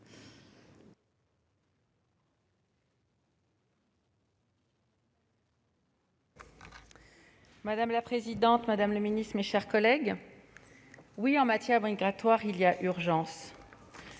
Madame la présidente, madame la ministre, mes chers collègues, en matière migratoire, il y a urgence.